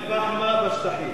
זה עבר לאל-פחמה בשטחים.